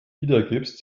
wiedergibst